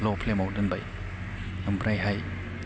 ल'फ्लेमाव दोनबाय ओमफ्रायहाय